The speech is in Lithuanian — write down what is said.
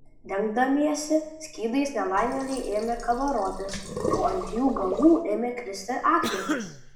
dengdamiesi skydais nelaimėliai ėmė kabarotis o ant jų galvų ėmė kristi akmenys